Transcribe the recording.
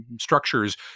structures